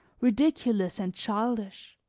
ridiculous and childish,